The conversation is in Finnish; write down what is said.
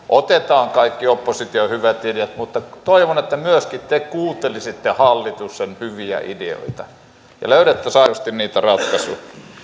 otetaan kaikki opposition hyvät ideat mutta toivon että myöskin te kuuntelisitte hallituksen hyviä ideoita ja löydettäisiin aidosti niitä ratkaisuja